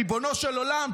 ריבונו של עולם,